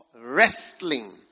wrestling